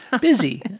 Busy